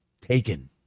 taken